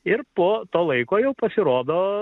ir po to laiko jau pasirodo